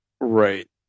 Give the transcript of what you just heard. Right